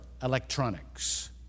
electronics